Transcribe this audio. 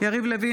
יריב לוין,